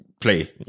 play